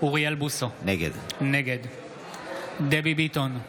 אוריאל בוסו, נגד דבי ביטון,